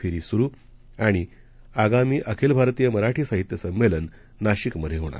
फेरी सुरू आणि आगामी अखिल भारतीय मराठी साहित्य संमेलन नाशिकमध्ये होणार